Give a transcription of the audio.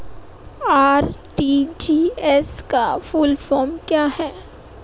RTGS का full form क्या है?